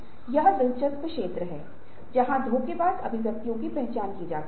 और यह वास्तविक होना चाहिए और विरोधाभास नहीं होना चाहिए